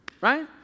right